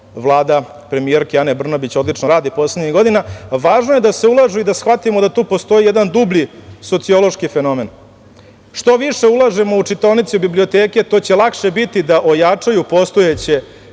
Vlada premijerke Ane Brnabić odlično radi poslednjih godina, važno je da se ulažu i da shvatimo da tu postoji jedan dublji sociološki fenomen. Što više ulažemo u čitaonice i biblioteke, to će lakše biti da ojačaju postojeće